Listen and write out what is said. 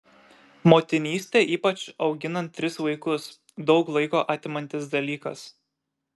motinystė ypač auginant tris vaikus daug laiko atimantis dalykas